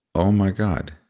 oh, my god,